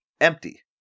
empty